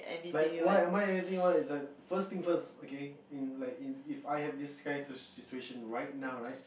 like what am I anything one is like first thing's first okay in like If I have this kind of situation right now right